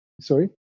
sorry